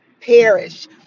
perish